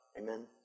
Amen